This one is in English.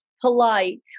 polite